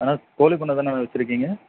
அண்ணா கோழி பண்ணை தானே வச்சிருக்கீங்க